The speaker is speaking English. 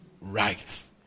right